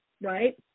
right